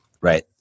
Right